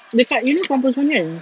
dekat you know compass one right